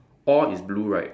all is blue right